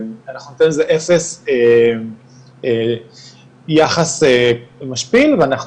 אנחנו ניתן לזה אפס יחס משפיל ואנחנו